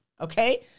okay